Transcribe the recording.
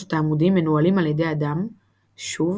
שלושת העמודים מנוהלים על ידי אדם שוב